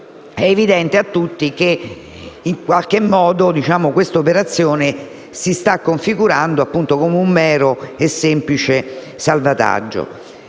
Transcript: è evidente a tutti che questa operazione si sta configurando come un mero e semplice salvataggio,